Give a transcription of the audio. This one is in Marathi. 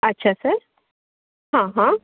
अच्छा सर हां हां